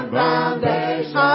foundation